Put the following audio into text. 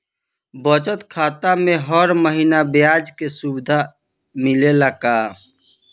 बचत खाता में हर महिना ब्याज के सुविधा मिलेला का?